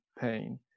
pain